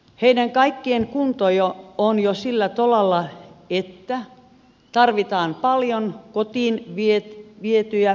heidän kaik kien kunto on jo sillä tolalla että tarvitaan paljon kotiin vietyjä palveluita